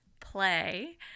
play